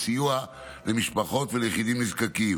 סיוע למשפחות וליחידים נזקקים